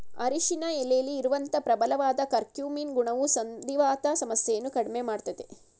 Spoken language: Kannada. ಅರಿಶಿನ ಎಲೆಲಿ ಇರುವಂತ ಪ್ರಬಲವಾದ ಕರ್ಕ್ಯೂಮಿನ್ ಗುಣವು ಸಂಧಿವಾತ ಸಮಸ್ಯೆಯನ್ನ ಕಡ್ಮೆ ಮಾಡ್ತದೆ